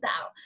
out